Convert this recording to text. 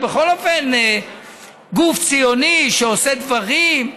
בכל אופן, זה גוף ציוני שעושה דברים.